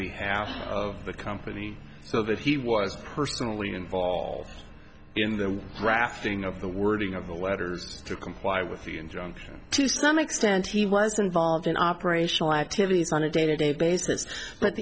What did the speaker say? behalf of the company so that he was personally involved in the drafting of the wording of the letters to comply with the injunction to some extent he was involved in operational activities on a day to day basis but